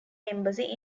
embassy